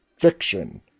fiction